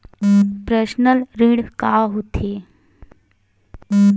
Personal ऋण का होथे?